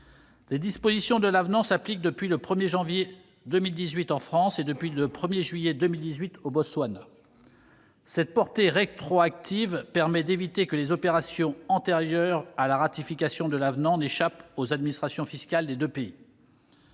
Les dispositions de l'avenant s'appliquent depuis le 1 janvier 2018 en France et depuis le 1 juillet 2018 au Botswana. Cette portée « rétroactive » permet d'éviter que les opérations antérieures à la ratification de l'avenant n'échappent aux administrations fiscales des deux pays.